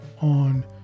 on